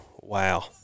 wow